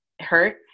hurt